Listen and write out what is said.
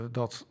dat